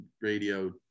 radio